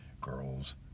girls